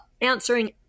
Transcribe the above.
answering